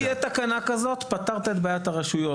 אם תהיה תקנה כזאת, פתרת את בעיית הרשויות.